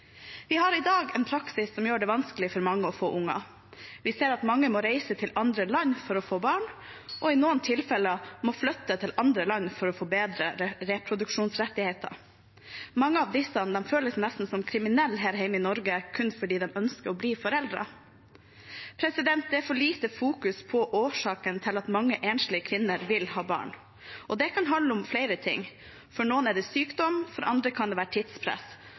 Vi har i dag en praksis som gjør det vanskelig for mange å få barn. Vi ser at mange må reise til andre land for å få barn og må i noen tilfeller flytte til andre land for å få bedre reproduksjonsrettigheter. Mange av disse føler seg nesten som kriminelle her hjemme i Norge, kun fordi de ønsker å bli foreldre. Det er fokusert for lite på årsaken til at mange enslige kvinner vil ha barn. Det kan handle om flere ting. For noen er det sykdom, for andre kan det være tidspress.